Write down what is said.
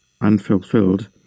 unfulfilled